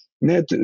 net